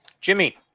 Jimmy